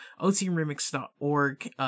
otremix.org